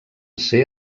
ser